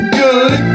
good